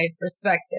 perspective